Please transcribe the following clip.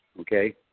okay